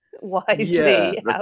wisely